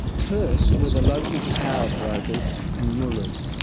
first were the local powerbrokers and mullahs.